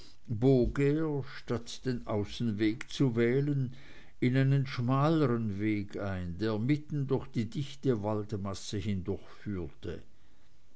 statt den außenweg zu wählen in einen schmaleren weg ein der mitten durch die dichte waldmasse